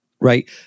right